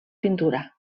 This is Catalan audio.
pintura